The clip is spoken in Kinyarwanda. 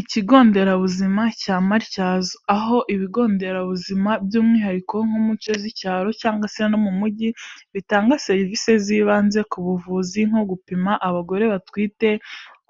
Ikigo nderabuzima cya Matyazo aho ibigo nderabuzima by'umwihariko nko mu bice by'icyaro cyangwa se no mu mujyi, bitanga serivisi z'ibanze ku buvuzi nko gupima abagore batwite